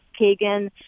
Kagan